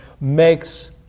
makes